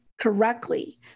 correctly